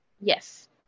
Yes